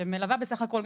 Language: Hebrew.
שמלווה בסך הכול,